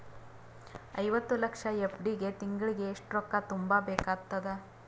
ಐವತ್ತು ಲಕ್ಷ ಎಫ್.ಡಿ ಗೆ ತಿಂಗಳಿಗೆ ಎಷ್ಟು ರೊಕ್ಕ ತುಂಬಾ ಬೇಕಾಗತದ?